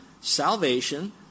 salvation